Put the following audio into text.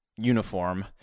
uniform